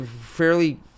fairly